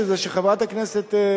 וכל מה שביקשתי זה שחברת הכנסת פניה,